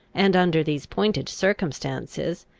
and under these pointed circumstances,